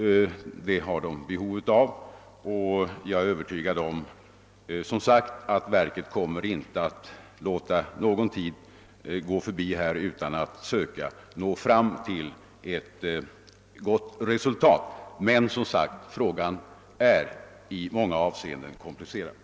Sådana har verket behov av, och jag är övertygad om att det inte kommer att låta någon tid gå förlorad i sin strävan att söka nå fram till ett gott resultat. Men, som sagt, frågan är i många avseenden komplicerad.